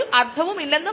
എന്താണ് ഇൻസുലിൻ